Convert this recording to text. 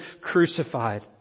crucified